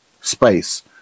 space